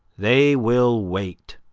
they will wait,